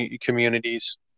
communities